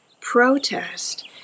Protest